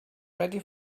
ready